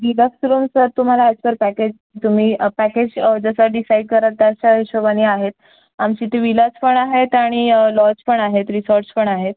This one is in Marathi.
व्हिलाजचं सर तुम्हाला अॅज पर पॅकेज तुम्ही पॅकेज जसं डिसाईड कराल त्याच्या हिशोबाने आहेत आमची इथे व्हिलाज पण आहेत आणि लॉज पण आहेत रिसॉर्ट्स पण आहेत